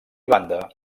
banda